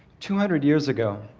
two hundred years ago,